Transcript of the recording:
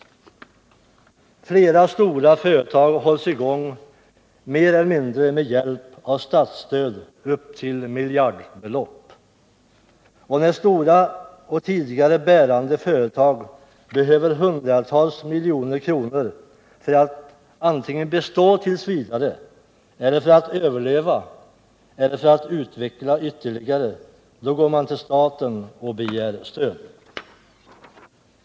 Flera stora företag hålls i gång mer eller mindre med hjälp av statsstöd — upp till miljardbelopp. När stora och tidigare bärande företag behöver hundratals milj.kr. antingen för att bestå tills vidare, för att överleva eller för att vidareutveckla, då går de till staten och begär stöd.